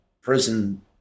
prison